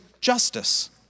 justice